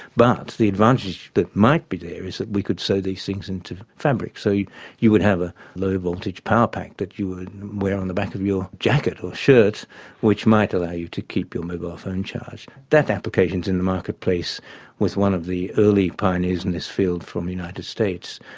but the advantage that might be there is that we could sew these things into fabric. so you you would have a low voltage power pack that you would wear on the back of your jacket or shirt which might allow you to keep your mobile phone charged. that application is in the marketplace with one of the early pioneers in this field from the united states,